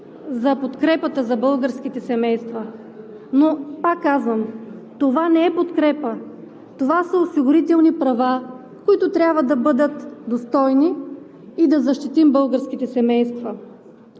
за подкрепата за българските семейства. Но, пак казвам, това не е подкрепа – това са осигурителни права, които трябва да бъдат достойни и да защитим българските семейства.